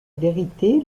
vérité